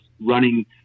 running